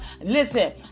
listen